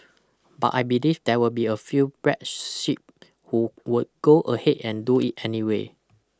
but I believe there will be a few black sheep who would go ahead and do it anyway